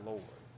Lord